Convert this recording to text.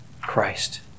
Christ